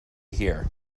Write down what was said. hear